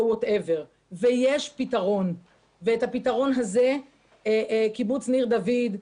יש פתרון ואת הפתרון הזה קיבוץ ניר דוד,